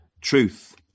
truth